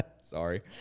Sorry